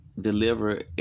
deliver